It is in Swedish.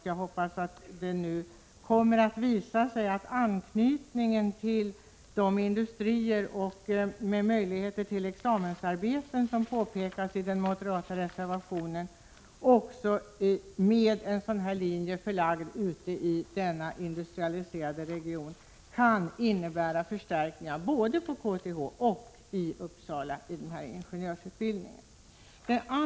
Jag hoppas att det nu kommer att visa sig att anknytningen till industrier och möjligheterna till examensarbete som påpekas i den moderata reservationen också med en sådan här linje förlagd ute i denna industrialiserade region kan innebära förstärkningar både på KTH och vid ingenjörsutbildningen i Uppsala.